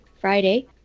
Friday